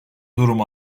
durum